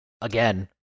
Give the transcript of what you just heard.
again